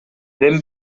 дем